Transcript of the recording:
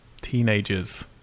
teenagers